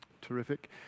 Terrific